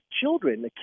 children